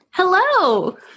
Hello